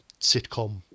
sitcom